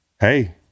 Hey